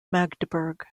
magdeburg